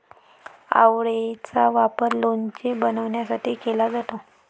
आवळेचा वापर लोणचे बनवण्यासाठी केला जातो